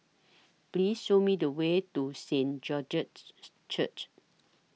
Please Show Me The Way to Saint George's Church